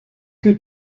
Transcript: que